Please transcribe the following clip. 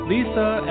Lisa